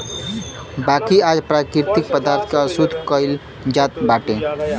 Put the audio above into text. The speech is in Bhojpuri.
बाकी आज प्राकृतिक पदार्थ के अशुद्ध कइल जात बाटे